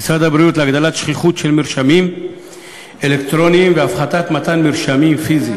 הבריאות להגדלת השכיחות של מרשמים אלקטרוניים והפחתת מתן מרשמים פיזיים.